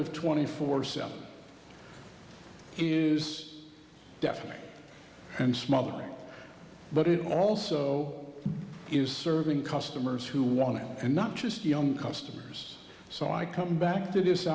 of twenty four seven use definite and smothering but it also is serving customers who want to and not just young customers so i come back to this